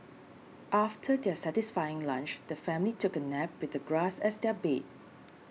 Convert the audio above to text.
after their satisfying lunch the family took a nap with the grass as their bed